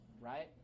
right